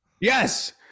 yes